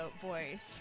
voice